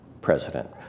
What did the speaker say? president